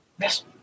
Yes